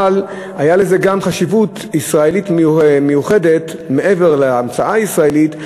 אבל הייתה לזה גם חשיבות ישראלית מיוחדת מעבר להמצאה הישראלית,